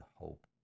hope